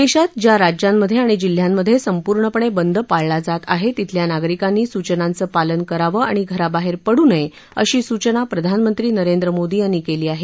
देशात ज्या राज्यांमध्ये आणि जिल्ह्यामध्ये संपूर्णपणे बंद पाळला जात आहे तिथल्या नागरिकांनी सूचनांचं पालन करावं आणि घराबाहेर पडू नये अशी सूचना प्रधानमंत्री नरेंद्र मोदी यांनी केली आहे